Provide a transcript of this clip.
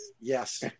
Yes